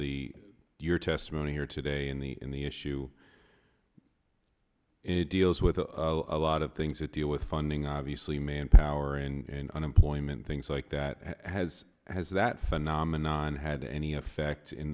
the your testimony here today in the in the issue it deals with a lot of things that deal with funding obviously manpower in unemployment things like that has has that phenomenon had any effect